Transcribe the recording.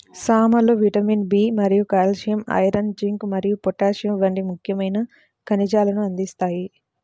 సామలు vitamin B మరియు calcium, iron, zinc మరియు పొటాషియం వంటి ముఖ్యమైన ఖనిజాలను అందిస్తాయి